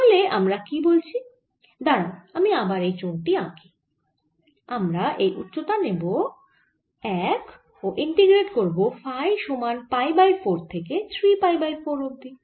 তাহলে আমরা কি বলছি দাঁড়াও আমি আবার এই চোঙ টি আঁকি আমরা এই উচ্চতা নেব 1 ও ইন্টিগ্রেট করব ফাই সমান পাই বাই 4 থেকে 3 পাই বাই 4 অবধি